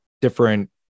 different